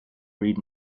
read